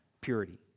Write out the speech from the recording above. Purity